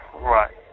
Right